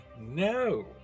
no